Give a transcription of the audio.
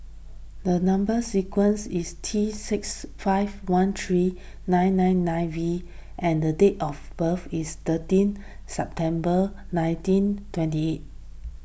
the Number Sequence is T six five one three nine nine nine V and date of birth is thirteen September nineteen twenty eight